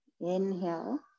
Inhale